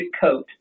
coat